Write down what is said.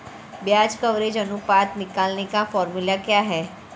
ब्याज कवरेज अनुपात निकालने का फॉर्मूला क्या है?